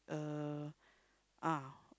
uh ah